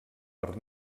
per